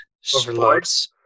sports